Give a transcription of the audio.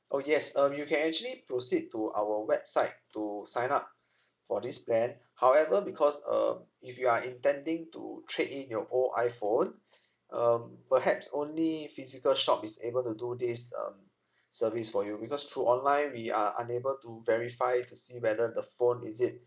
orh yes um you can actually proceed to our website to sign up for this plan however because um if you are intending to trade in your old iphone um perhaps only physical shop is able to do this um service for you because through online we are unable to verify to see whether the phone is it